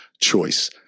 choice